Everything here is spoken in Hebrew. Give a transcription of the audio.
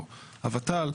או הות"ל,